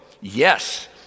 yes